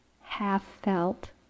half-felt